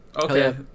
Okay